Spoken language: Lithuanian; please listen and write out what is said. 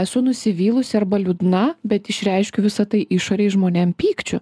esu nusivylusi arba liūdna bet išreiškiu visa tai išorėj žmonėm pykčiu